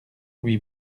lui